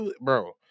bro